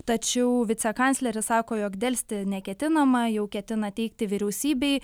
tačiau vicekancleris sako jog delsti neketinama jau ketina teikti vyriausybei